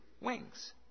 Wings